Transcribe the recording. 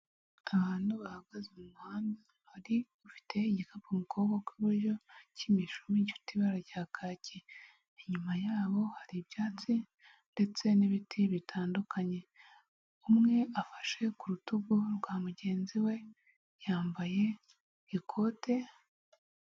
Abantu bahagaze mu muhanda, hari ufite igikapu mu kuboko kw'iburyo cy'imishumi gifite ibara rya kaki, inyuma yabo hari ibyatsi ndetse n'ibiti bitandukanye, umwe afashe ku rutugu rwa mugenzi we yambaye ikote.